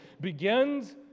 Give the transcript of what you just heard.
begins